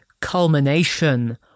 culmination